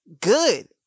good